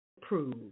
prove